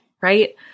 right